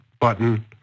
button